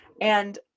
And-